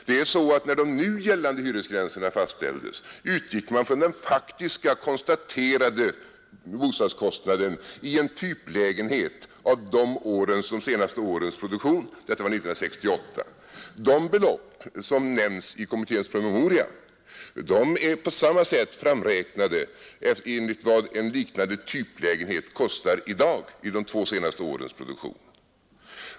Det är så att när de nu gällande hyresgränserna fastställdes utgick man från den faktiska, konstaterade bostadskostnaden i en typlägenhet av de senaste årens produktion; detta var 1968. De belopp som nämns i kommitténs promemoria är på samma sätt framräknade efter vad en liknande typlägenhet kostar i dag i de två senaste årens produktion.